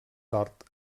sort